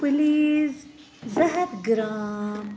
please زٕ ہتھ gram